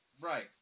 Right